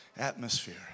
atmosphere